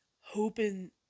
hoping